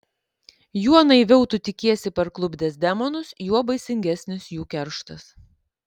juo naiviau tu tikiesi parklupdęs demonus juo baisingesnis jų kerštas